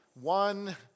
one